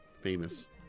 famous